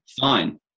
fine